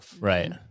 right